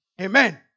Amen